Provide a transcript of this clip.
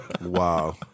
Wow